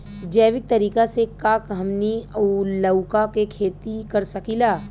जैविक तरीका से का हमनी लउका के खेती कर सकीला?